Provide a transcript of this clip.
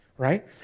right